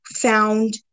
found